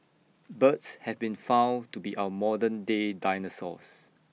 birds have been found to be our modern day dinosaurs